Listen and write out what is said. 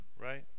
right